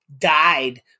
died